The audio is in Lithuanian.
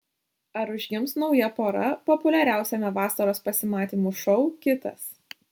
ar užgims nauja pora populiariausiame vasaros pasimatymų šou kitas